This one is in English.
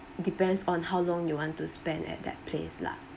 depends on how long you want to spend at that place lah